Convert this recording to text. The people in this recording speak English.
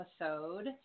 episode